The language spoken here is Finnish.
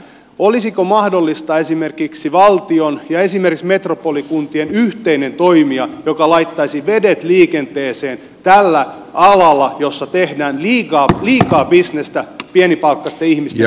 olisiko mahdollista saada esimerkiksi valtion ja esimerkiksi metropolikuntien yhteinen toimija joka laittaisi vedet liikenteeseen tällä alalla jossa tehdään liikaa bisnestä pienipalkkaisten ihmisten kustannuksella